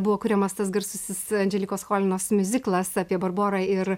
buvo kuriamas tas garsusis andželikos cholinos miuziklas apie barborą ir